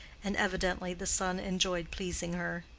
and evidently the son enjoyed pleasing her,